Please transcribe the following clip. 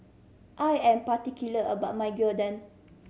I am particular about my Gyudon